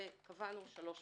וקבענו 3 ו-5.